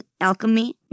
Alchemy